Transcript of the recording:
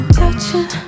touching